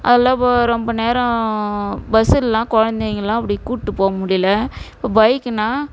அதில் ப ரொம்ப நேரம் பஸ்ஸுலலாம் குழந்தைங்கெல்லாம் அப்படி கூட்டி போக முடியலை இப்போ பைக்குனால்